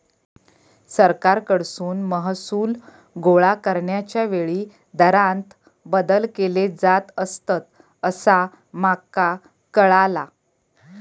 सरकारकडसून महसूल गोळा करण्याच्या वेळी दरांत बदल केले जात असतंत, असा माका कळाला